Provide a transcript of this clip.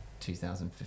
2015